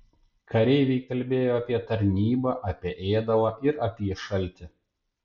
kareiviai kalbėjo apie tarnybą apie ėdalą ir apie šaltį